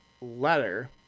letter